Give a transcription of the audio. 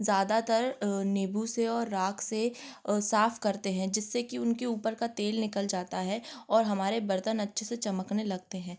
ज़्यादातर अ नीबू से और राख से अ साफ़ करते हैं जिससे कि उनके ऊपर का तेल निकल जाता है और हमारे बर्तन अच्छे से चमकने लगते हैं